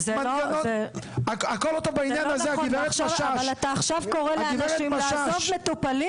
אתה עכשיו קורא לאנשים לעזוב מטופלים